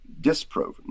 disproven